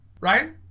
right